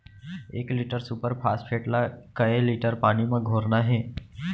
एक litre superphosphate ला कए लीटर पानी मा घोरना हे?